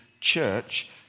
church